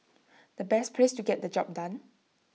the best place to get the job done